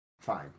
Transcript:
fine